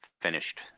finished